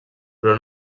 però